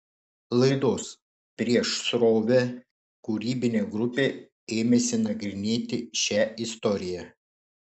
laidos prieš srovę kūrybinė grupė ėmėsi nagrinėti šią istoriją